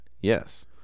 yes